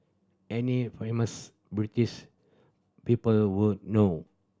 any famous British people would know